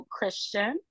Christian